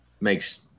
Makes